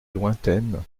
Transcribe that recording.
lointaine